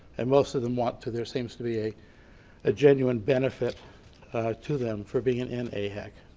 and most of them want to. there seems to be a ah genuine benefit to them for being in in aihec